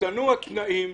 השתנו התנאים.